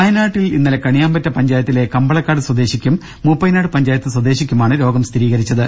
ദ്രദ വയനാട്ടിൽ ഇന്നലെ കണിയാമ്പറ്റ പഞ്ചായത്തിലെ കമ്പളക്കാട് സ്വദേശിക്കും മൂപ്പൈനാട് പഞ്ചായത്ത് സ്വദേശിക്കുമാണ് രോഗം സ്ഥിരീകരിച്ചത്